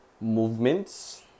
movements